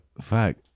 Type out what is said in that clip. fuck